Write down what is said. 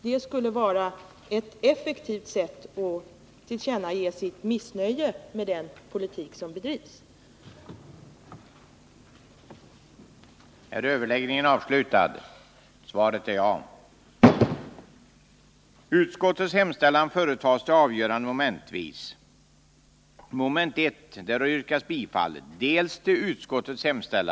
Det skulle vara ett effektivt sätt att tillkännage sitt missnöje med den politik som banken bedriver.